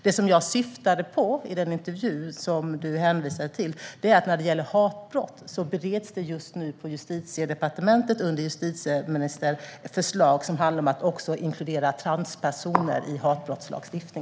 Det som jag syftade på i den intervju som Aron Emilsson hänvisade till var att förslag som handlar om att inkludera även transpersoner i hatbrottslagstiftningen just nu bereds på Justitiedepartementet under justitieministern.